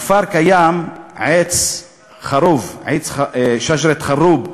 בכפר יש עץ חרוב, שג'רת אל-חרוב מוקדסי.